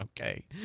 Okay